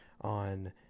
on